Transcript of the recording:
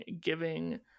giving